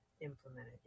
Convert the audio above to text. implemented